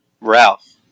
Ralph